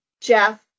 Jeff